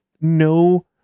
No